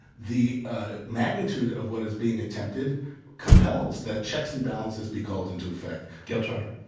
the magnitude of what is being attempted compels that checks and balances be called into effect gayle trotter?